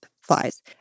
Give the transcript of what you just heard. flies